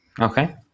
Okay